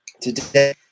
today